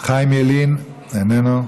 חיים ילין, איננו,